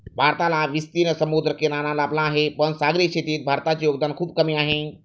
भारताला विस्तीर्ण समुद्रकिनारा लाभला आहे, पण सागरी शेतीत भारताचे योगदान खूप कमी आहे